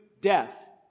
death